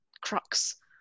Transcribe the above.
crux